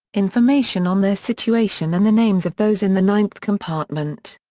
information on their situation and the names of those in the ninth compartment.